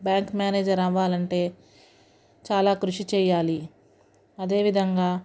bank manager అవ్వాలంటే చాలా కృషి చేయాలి అదేవిధంగా